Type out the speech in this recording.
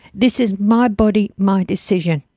this is my body, my decision.